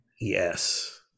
Yes